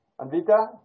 Anvita